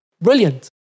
brilliant